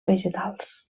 vegetals